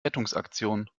rettungsaktion